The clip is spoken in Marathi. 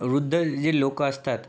वृध्द जी लोकं असतात